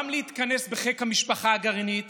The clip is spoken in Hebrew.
גם להתכנס בחיק המשפחה הגרעינית